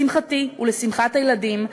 לשמחתי ולשמחת הילדים,